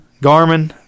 Garmin